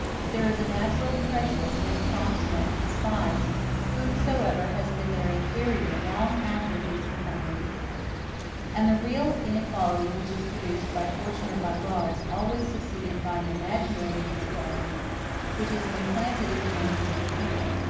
there is a natural prejudice which prompts men to despise whomsoever has been their inferior long after he is become their equal and the real inequality which is produced by fortune or by law is always succeeded by an imaginary inequality which is implanted in the manners of the people.